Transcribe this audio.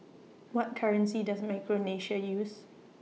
What currency Does Micronesia use